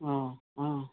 অ' অ'